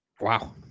Wow